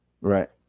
right